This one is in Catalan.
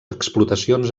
explotacions